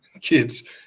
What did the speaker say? kids